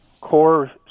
core